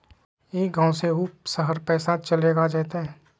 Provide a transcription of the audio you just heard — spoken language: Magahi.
ई गांव से ऊ शहर पैसा चलेगा जयते?